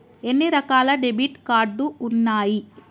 ఎన్ని రకాల debit card ఉన్నాయి?